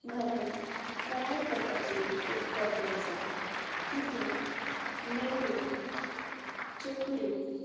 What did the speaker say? घरान फराळ करपाची एक पद्दत आसा तितून नेवऱ्यो चोकऱ्यो